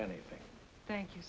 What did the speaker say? anything thank you